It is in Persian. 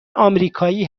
آمریکایی